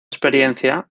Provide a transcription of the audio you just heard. experiencia